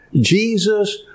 Jesus